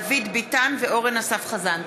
דוד ביטן ואורן אסף חזן.